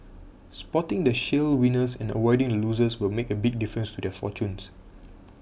spotting the shale winners and avoiding losers will make a big difference to their fortunes